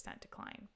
decline